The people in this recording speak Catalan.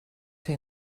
ser